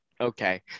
okay